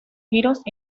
giros